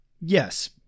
yes